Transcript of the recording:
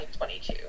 2022